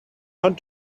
not